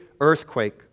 earthquake